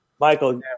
Michael